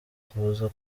kuza